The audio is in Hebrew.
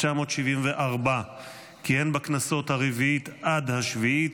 1974. הוא כיהן בכנסות הרביעית עד השביעית,